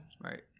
Right